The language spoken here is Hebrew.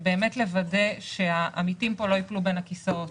באמת לוודא שהעמיתים לא ייפלו בין הכיסאות,